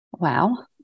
Wow